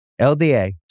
LDA